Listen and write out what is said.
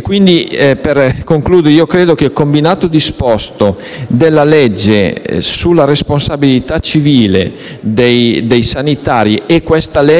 Quindi, per concludere, credo che il combinato disposto della legge sulla responsabilità civile dei sanitari e questo